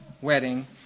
wedding